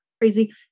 crazy